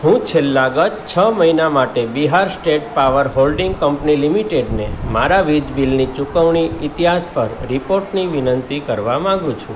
હું છેલ્લા ગત છ મહિના માટે Bihar state power holding company લિમિટેડને મારા વીજ બિલની ચુકવણી ઇતિહાસ પર રિપોર્ટની વિનંતી કરવા માગું છું